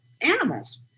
animals